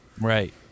Right